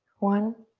one.